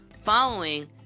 following